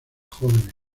jóvenes